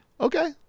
okay